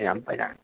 ഞാൻ